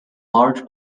large